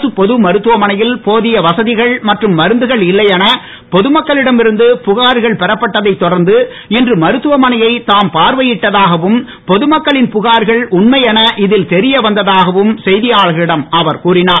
அரசு பொது மருத்துவமனையில் போதிய வசதிகள் மற்றும் மருந்துகள் இல்லை என பொதுமக்களிடம் இருந்து புகார்கள் பெறப்பட்டதை தொடர்ந்து இன்று மருத்துவமனையை தாம் பார்வையிட்டதாகவும் பொதுமக்களின் புகார்கள் உண்மை என இதில் தெரிய வந்ததாகவும் செய்தியாளர்களிடம் அவர் கூறினார்